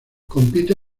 compite